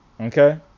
okay